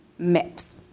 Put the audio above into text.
MIPS